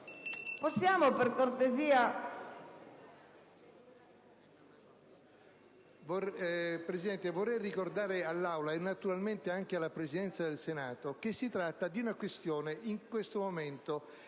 Commissione. Voglio ricordare all'Assemblea, e naturalmente anche alla Presidenza del Senato, che si tratta di una questione in questo momento